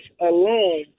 alone